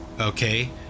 okay